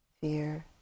fear